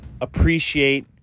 appreciate